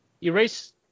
erase